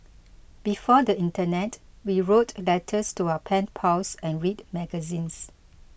before the internet we wrote letters to our pen pals and read magazines